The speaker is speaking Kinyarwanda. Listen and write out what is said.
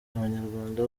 abanyarwanda